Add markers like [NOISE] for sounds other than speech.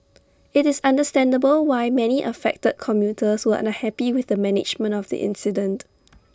IT is understandable why many affected commuters were unhappy with the management of the incident [NOISE]